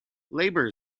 labor